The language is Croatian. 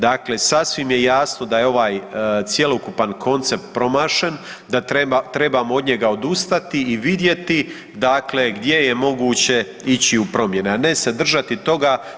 Dakle, sasvim je jasno da je ovaj cjelokupan koncept promašen, da trebamo od njega odustati i vidjeti dakle gdje je moguće ići u promjene, a ne se držati toga.